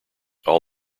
all